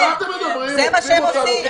זה מה שהם עושים.